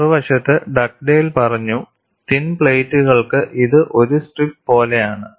മറുവശത്ത് ഡഗ്ഡേൽ പറഞ്ഞു തിൻ പ്ലേറ്റുകൾക്കു ഇത് ഒരു സ്ട്രിപ്പ് പോലെയാണ്